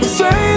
say